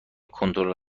کنترل